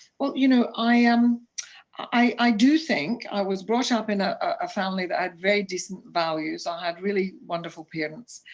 well you know, i um i do think, i was brought up in a ah family that had very decent values, i had really wonderful parents,